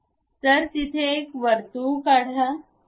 तर तिथे एक वर्तुळ काढा